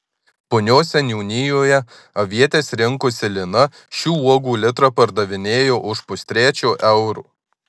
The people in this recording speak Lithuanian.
punios seniūnijoje avietes rinkusi lina šių uogų litrą pardavinėjo už pustrečio euro